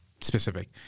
specific